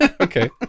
Okay